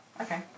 Okay